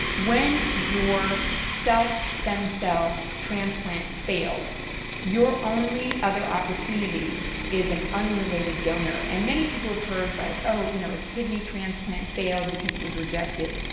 when you're self stem cell transplant fails you're only other opportunity is an unrelated donor and many people have heard like oh, you know a kidney transplant failed because it was rejected.